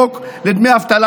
גן עדן למאיימים בהר הבית,